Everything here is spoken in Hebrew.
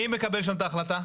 מי מקבל שם את ההחלטה?